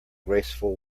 graceful